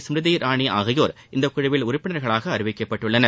எம்மிருதி இராணி ஆகியோர் இந்த குழுவில் உறுப்பினர்களாக அறிவிக்கப்பட்டுள்ளனர்